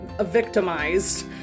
victimized